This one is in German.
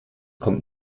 kommt